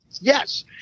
Yes